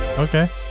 Okay